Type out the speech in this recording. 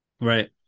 Right